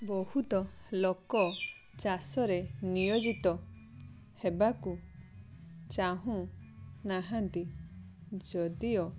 ବହୁତ ଲୋକ ଚାଷରେ ନିୟୋଜିତ ହେବାକୁ ଚାହୁଁ ନାହାଁନ୍ତି ଯଦିଓ